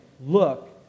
look